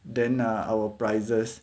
then err our prices